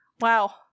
Wow